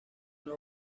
los